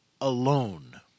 Alone